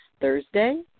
Thursday